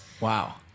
Wow